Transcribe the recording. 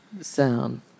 sound